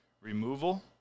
removal